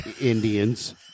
Indians